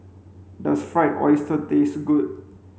does fried oyster taste good